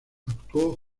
actuó